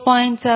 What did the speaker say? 2916 0